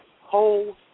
whole